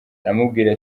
aramubwira